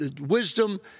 wisdom